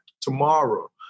tomorrow